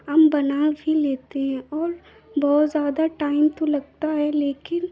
हम बना भी लेते हैं और बहुत ज़्यादा टाइम तो लगता है लेकिन